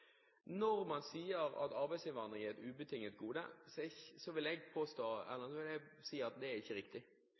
Når man sier at arbeidsinnvandring er et ubetinget gode, vil jeg si at det ikke er riktig,